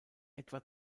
etwa